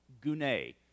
gune